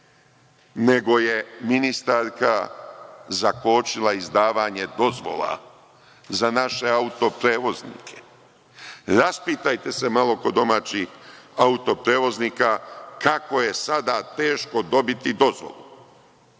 nego je ministarka zakočila izdavanje dozvola za naše auto-prevoznike. Raspitajte se malo kod domaćih auto-prevoznika kako je sada teško dobiti dozvolu.